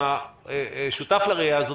אתה שותף לראייה הזאת,